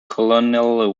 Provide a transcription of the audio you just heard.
colonel